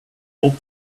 hope